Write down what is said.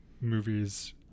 movies